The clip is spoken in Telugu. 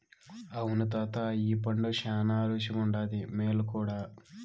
అవును తాతా ఈ పండు శానా రుసిగుండాది, మేలు కూడా